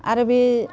आरो बे